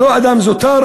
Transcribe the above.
לא אדם זוטר,